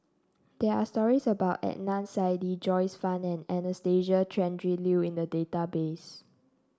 there are stories about Adnan Saidi Joyce Fan and Anastasia Tjendri Liew in the database